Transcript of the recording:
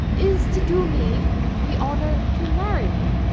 is to do me the honour to marry me,